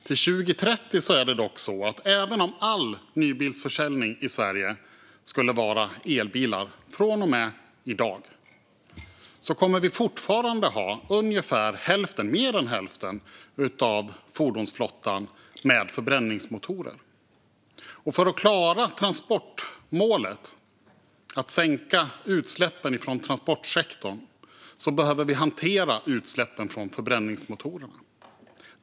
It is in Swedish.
Till 2030 är det dock så att även om all nybilsförsäljning i Sverige skulle vara elbilar från och med i dag kommer fortfarande mer än hälften av fordonsflottan ha förbränningsmotorer. För att klara transportmålet att sänka utsläppen från transportsektorn behöver vi hantera utsläppen från förbränningsmotorerna.